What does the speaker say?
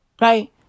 right